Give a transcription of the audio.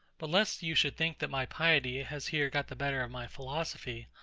but lest you should think that my piety has here got the better of my philosophy,